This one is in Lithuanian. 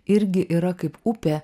irgi yra kaip upė